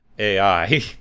AI